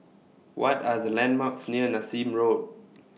What Are The landmarks near Nassim Road